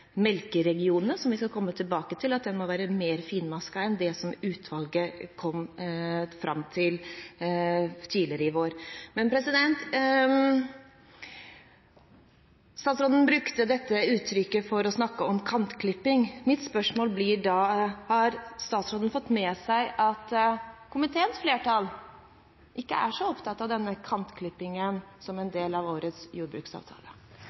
melkeregionene, som vi skal komme tilbake til, og at de må være mer finmaskete enn det som utvalget kom fram til tidligere i vår. Statsråden brukte dette uttrykket om kantklipping. Mitt spørsmål blir da: Har statsråden fått med seg at komiteens flertall ikke er så opptatt av denne kantklippingen som en del av årets jordbruksavtale?